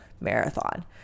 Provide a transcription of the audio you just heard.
marathon